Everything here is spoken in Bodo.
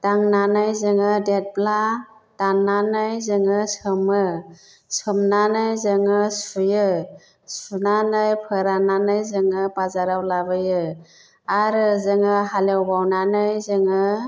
दांनानै जोङो देदब्ला दाननानै जोङो सोमो सोमनानै जोङो सुयो सुनानै फोराननानै जोङो बाजाराव लाबोयो आरो जोङो हाल एवबावनानै जोङो